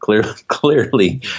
Clearly